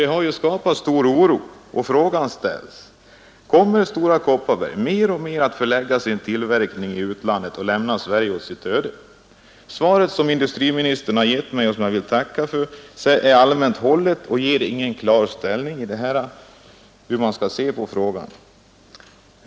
Detta har skapat stor oro, och frågan ställs: Kommer Stora Kopparberg mer och mer att förlägga sin tillverkning i utlandet och lämna Sverige åt sitt öde? Svaret som industriministern har givit mig, och som jag nu tackar för, är allmänt hållet och ger inget klart besked om hur man skall se på frågan.